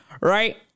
right